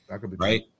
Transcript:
Right